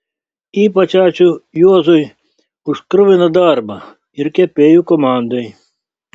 ypač ačiū juozui už kruviną darbą ir kepėjų komandai